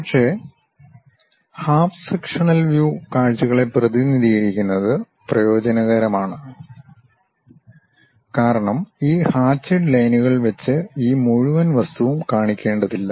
പക്ഷേ half sectional view കാഴ്ചകളെ പ്രതിനിധീകരിക്കുന്നത് പ്രയോജനകരമാണ് കാരണം ഈ ഹാചിഡ് ലൈനുകൾ വെച്ച് ഈ മുഴുവൻ വസ്തുവും കാണിക്കേണ്ടതില്ല